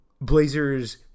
Blazers